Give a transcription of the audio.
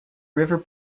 river